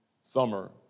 summer